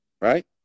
right